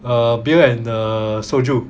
err beer and the soju